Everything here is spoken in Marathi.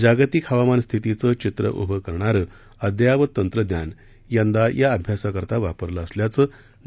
जागतिक हवामानस्थितीचं चित्र उभं करणारं अद्ययावत तंत्रज्ञान यंदा या अभ्यासाकरता वापरलं असल्याचं डॉ